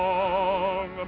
Long